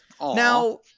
Now